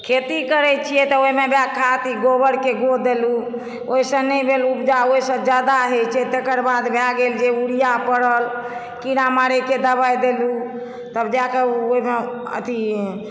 खेती करै छियै तऽ ओहिमे वएह खाद गोबर के गूॅंह देलहुॅं ओहिसॅं नहि भेल उपजा ओहिसॅं जादा होइ छै तेकर बाद भए गेल जे उरिया परल कीड़ा मारय के दबाई देलहुॅं तब जाके ओहिमे अथी